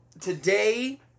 today